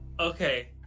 Okay